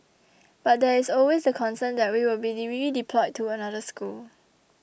but there is always the concern that we will be redeployed to another school